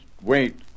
wait